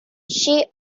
she